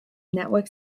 network